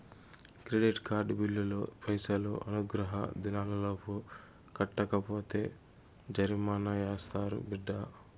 credit card బిల్లులు పైసలు అనుగ్రహ దినాలలోపు కట్టకపోతే జరిమానా యాస్తారు బిడ్డా